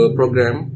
program